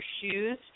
shoes